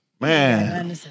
Man